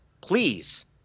Please